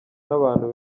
n’abantu